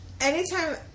Anytime